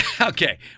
Okay